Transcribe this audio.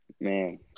man